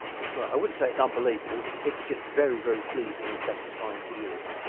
well i wouldn't say it's unbelievable it's just very very pleasing and satisfying to use.